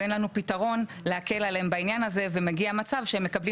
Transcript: ואין לנו פתרון להקל עליהם בעניין הזה וזה מגיע מצב שהם מקבלים